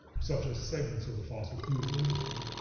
such as segments of the fossil fuel industry.